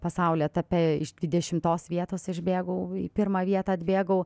pasaulio etape iš dvidešimtos vietos išbėgau į pirmą vietą atbėgau